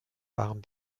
waren